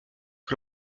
que